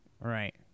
Right